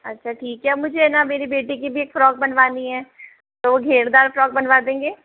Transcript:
अच्छा ठीक है मुझे है ना मेरी बेटी की भी एक फ्रॉक बनवानी है तो घेरदार फ्रॉक बनवा देंगे